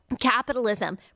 capitalism